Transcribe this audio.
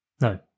no